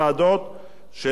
של שנה וחצי.